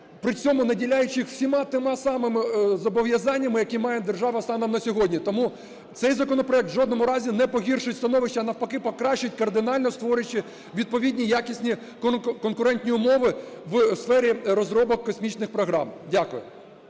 при цьому наділяючи їх всіма тими самими зобов'язаннями, які має держава станом на сьогодні. Тому цей законопроект в жодному разі не погіршить становище, а навпаки покращить, кардинально створюючи, відповідні якісні конкурентні умови у сфері розробок космічних програм. Дякую.